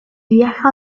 viaja